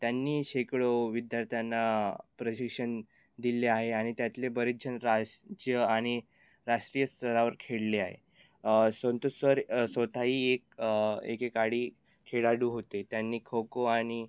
त्यांनी शेकडो विद्यार्थ्यांना प्रशिक्षण दिले आहे आणि त्यातले बरेचजण राज्य आणि राष्ट्रीय स्तरावर खेळले आहे संतोष सर स्वत ही एक एकेकाळी खेळाडू होते त्यांनी खो खो आणि